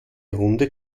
runde